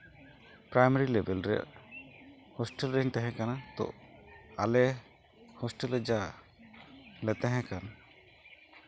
primary ᱞᱮᱵᱮᱞ ᱨᱮ hostel ᱨᱤᱧ ᱛᱟᱦᱮᱸ ᱠᱟᱱᱟ ᱛᱚ ᱟᱞᱮ ᱦᱳᱥᱴᱮ ᱞ ᱨᱮ ᱡᱟ ᱞᱮ ᱛᱟᱦᱮᱸ ᱠᱟᱱ